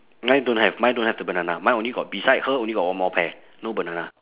mine don't have mine don't have the banana mine only got beside her only got one more pear no banana